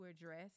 address